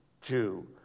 Jew